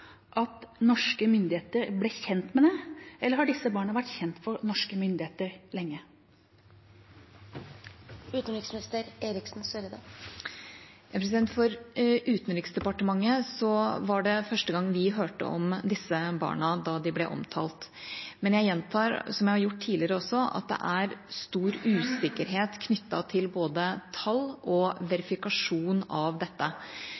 vært kjent for norske myndigheter lenge? For Utenriksdepartementet var det første gang vi hørte om disse barna da de ble omtalt. Men jeg gjentar, som jeg har gjort tidligere også, at det er stor usikkerhet knyttet til både tall og verifikasjon av dette,